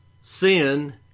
sin